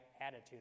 attitude